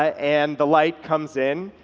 and the light comes in,